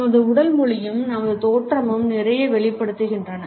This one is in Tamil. நமது உடல் மொழியும் நமது தோற்றமும் நிறைய வெளிப்படுத்துகின்றன